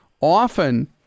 often